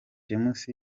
james